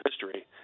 history